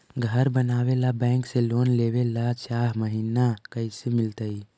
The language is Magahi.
घर बनावे ल बैंक से लोन लेवे ल चाह महिना कैसे मिलतई?